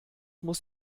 muss